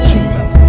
Jesus